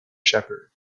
shepherd